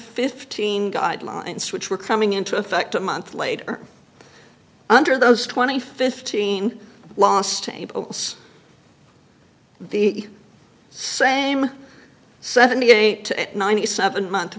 fifteen guidelines which were coming into effect a month later under those twenty fifteen loss to the same seventy eight to ninety seven month